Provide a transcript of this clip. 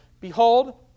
Behold